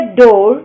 door